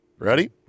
Ready